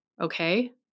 Okay